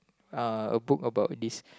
uh a book about this